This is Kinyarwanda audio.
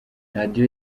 radio